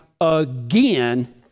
again